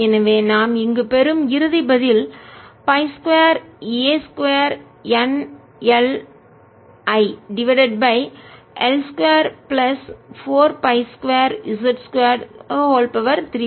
எனவே நாம் இங்கு பெறும் இறுதி பதில் pi 2a 2 NIL divided by L 2 plus 4 π 2 z 2 32